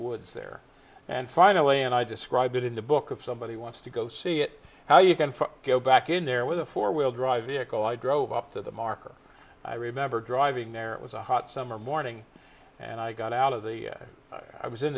woods there and finally and i describe it in the book of somebody wants to go see it how you can go back in there with a four wheel drive vehicle i drove up to the mark i remember driving there it was a hot summer morning and i got out of the i was in